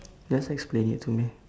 just explain it to me